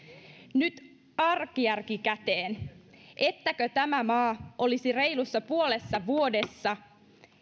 nyt arkijärki käteen ettäkö tämä maa olisi reilussa puolessa vuodessa